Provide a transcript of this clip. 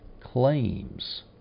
claims